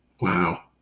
Wow